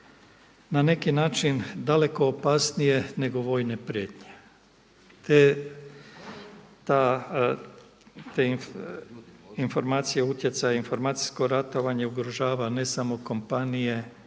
na neki način daleko opasnije nego vojne prijetnje. Te informacije utjecaja, informacijsko ratovanje ugrožava ne samo kompanije